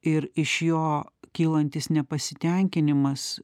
ir iš jo kylantis nepasitenkinimas